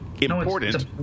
Important